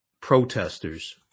protesters